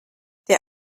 der